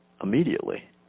Immediately